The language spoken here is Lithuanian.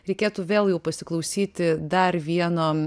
reikėtų vėl jau pasiklausyti dar vieno